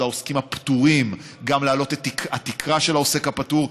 העוסקים הפטורים: גם להעלות את התקרה של העוסק הפטור,